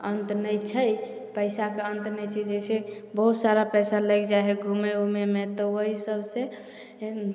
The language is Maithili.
अन्त नहि छै पैसाके अन्त नहि छै जइसे बहुत सारा पैसा लागि जाइ हइ घूमे ऊमेमे तऽ ओहि सबसे फेर